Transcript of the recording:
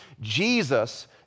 Jesus